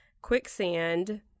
quicksand